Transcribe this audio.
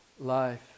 life